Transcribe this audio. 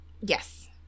Yes